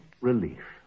relief